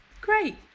great